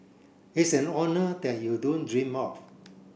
it's an honour that you don't dream of